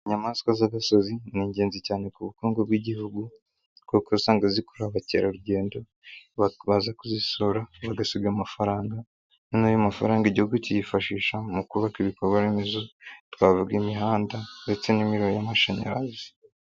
Inyamaswa z'agasozi ni ingenzi cyane ku bukungu bw'igihugu kuko usanga zikora abakerarugendo baza kuzisura, bagasiga amafaranga noneho ayo mafaranga igihugu cyiyifashisha mu kubaka ibikorwaremezo, twavuga imihanda ndetse n'imiriro y'amashanyarazi.